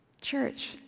Church